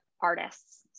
artists